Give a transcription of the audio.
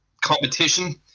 competition